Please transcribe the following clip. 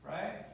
Right